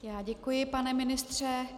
Já děkuji, pane ministře.